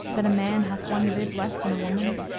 that a man hath one rib less than a woman,